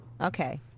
Okay